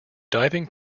diving